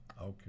Okay